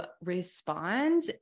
respond